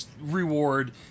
reward